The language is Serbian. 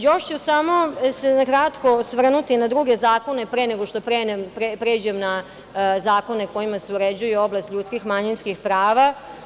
Još ću se samo na kratko osvrnuti na druge zakone, pre nego što pređem na zakone kojima se uređuje oblast ljudskih i manjinskih prava.